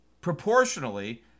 proportionally